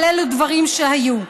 אבל אלו דברים שהיו.